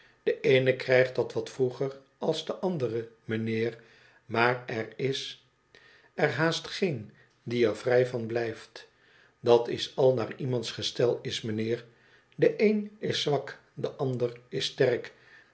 de eene krijgt dat wat vroeger als de andere mijnheer maar er is er haast geen een die er vrij van blijft dat is al naar iemands gestel is mijnheer de een is zwak de ander is sterk